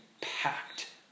packed